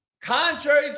Contrary